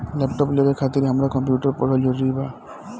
Laptop लेवे खातिर हमरा कम्प्युटर पढ़ल जरूरी बा?